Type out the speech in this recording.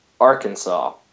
Arkansas